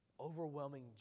overwhelming